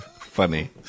funny